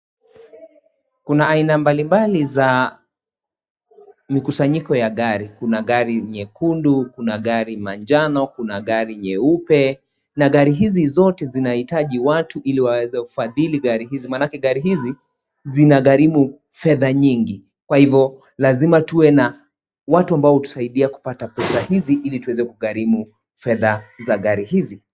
Kuna aina mbalimbali za mikusanyiko ya gari kuna nyekundu , kuna gari manjano , kuna gari nyeupe na gari hizi zote zinahitaji watu ili waeze kufadhili gari hizi maanake gari hizi zinagharimu fedha nyingi, kwa hivo lazima tuwe na watu ambao hutusaidia kupata pesa hizi ili tuweze kugharimu fedha za gari hizi.